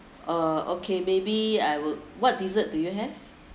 uh okay maybe I would what dessert do you have